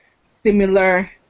similar